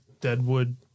deadwood